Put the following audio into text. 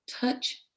touch